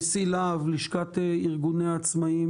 נשיא לה"ב לשכת ארגוני העצמאיים,